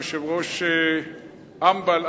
יושב-ראש אמב"ל,